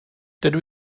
dydw